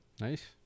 Nice